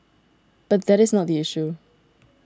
but that is not the issue